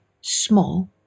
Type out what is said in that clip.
small